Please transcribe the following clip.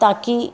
ताकी